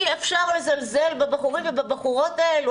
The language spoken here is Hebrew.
אי-אפשר לזלזל בבחורים ובבחורות האלו,